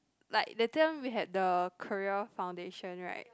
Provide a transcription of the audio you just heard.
like that time we had the career foundation right